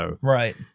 Right